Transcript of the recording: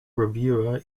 reviewer